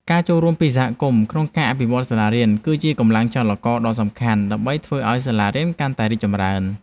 ការចូលរួមពីសហគមន៍ក្នុងការអភិវឌ្ឍសាលារៀន គឺជាកម្លាំងចលករដ៏សំខាន់ដើម្បីធ្វើឱ្យសាលារៀនកាន់តែរីកចម្រើន។